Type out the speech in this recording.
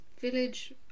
village